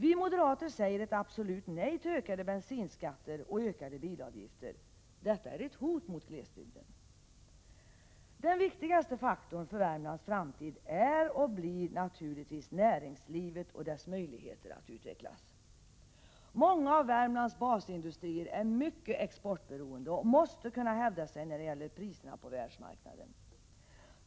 Vi moderater säger ett absolut nej till ökade bensinskatter och ökade bilavgifter. Höjningar härvidlag skulle vara ett hot mot glesbygden. Den viktigaste faktorn för Värmlands framtid är och förblir naturligtvis näringslivet och dess möjligheter att utvecklas. Många av Värmlands basindustrier är mycket exportberoende och måste kunna hävda sig när det gäller priserna på världsmarknaden.